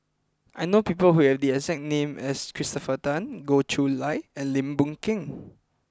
I know people who have the exact name as Christopher Tan Goh Chiew Lye and Lim Boon Keng